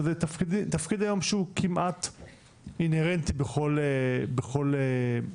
וזה תפקיד היום שהוא כמעט אינהרנטי בכל שירות,